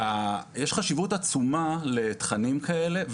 יש חשיבות עצומה לתכנית כאלה,